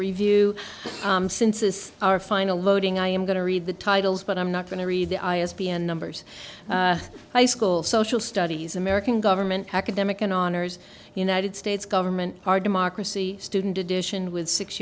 review since is our final voting i am going to read the titles but i'm not going to read the i as b n numbers high school social studies american government academic and honors united states government our democracy student edition with six